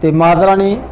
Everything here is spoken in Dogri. ते माता रानी